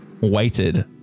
waited